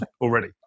already